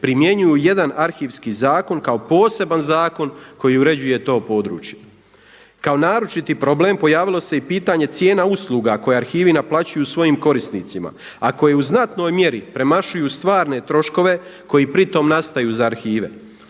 primjenjuju jedan arhivski zakon kao poseban zakon koji uređuje to područje. Kao naročiti problem pojavilo se i pitanje cijena usluga koje arhivi naplaćuju svojim korisnicima, a koji u znatnoj mjeri premašuju stvarne troškove koji pri tom nastaju za arhive.